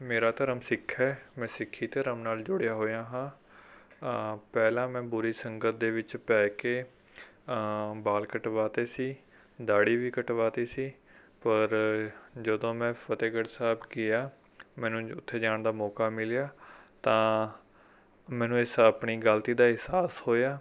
ਮੇਰਾ ਧਰਮ ਸਿੱਖ ਹੈ ਮੈਂ ਸਿੱਖੀ ਧਰਮ ਨਾਲ ਜੁੜਿਆ ਹੋਇਆ ਹਾਂ ਪਹਿਲਾਂ ਮੈਂ ਬੁਰੀ ਸੰਗਤ ਦੇ ਵਿੱਚ ਪੈ ਕੇ ਵਾਲ ਕਟਵਾਤੇ ਸੀ ਦਾਹੜੀ ਵੀ ਕਟਵਾਤੀ ਸੀ ਪਰ ਜਦੋਂ ਮੈਂ ਫਤਿਹਗੜ੍ਹ ਸਾਹਿਬ ਗਿਆ ਮੈਨੂੰ ਉੱਥੇ ਜਾਣ ਦਾ ਮੌਕਾ ਮਿਲਿਆ ਤਾਂ ਮੈਨੂੰ ਇਸ ਆਪਣੀ ਗਲਤੀ ਦਾ ਅਹਿਸਾਸ ਹੋਇਆ